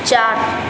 चार